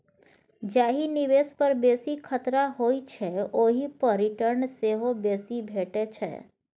जाहि निबेश पर बेसी खतरा होइ छै ओहि पर रिटर्न सेहो बेसी भेटै छै